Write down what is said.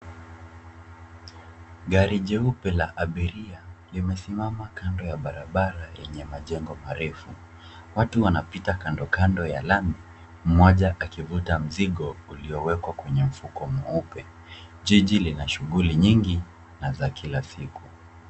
Gari jeupe la abiria limesimama kando ya barabara yenye majengo marefu. Watu wanapita kando kando ya lami mmoja akifuta mzigo uliowekwa kwenye mfuko mweupe. Jiji lina shughuli nyingi na za kila siku.